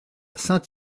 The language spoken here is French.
saint